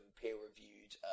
peer-reviewed